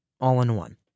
all-in-one